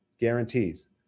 guarantees